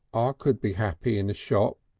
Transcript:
ah could be happy in a shop,